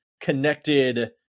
connected